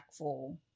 impactful